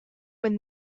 when